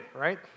right